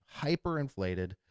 hyperinflated